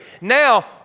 Now